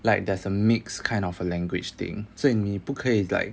like there's a mixed kind of a language thing 所以你不可以 like